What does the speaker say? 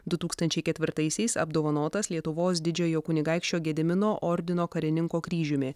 du tūkstančiai ketvirtaisiais apdovanotas lietuvos didžiojo kunigaikščio gedimino ordino karininko kryžiumi